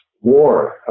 War